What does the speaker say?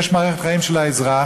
יש מערכת חיים של האזרח